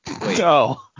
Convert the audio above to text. No